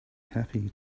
happy